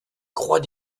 croix